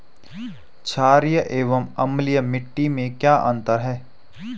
छारीय एवं अम्लीय मिट्टी में क्या क्या अंतर हैं?